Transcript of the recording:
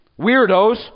weirdos